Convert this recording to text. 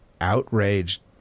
outraged